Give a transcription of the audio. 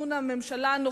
הממשלה,